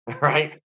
right